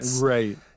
Right